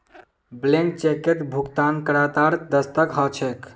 blank चेकत भुगतानकर्तार दस्तख्त ह छेक